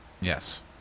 Yes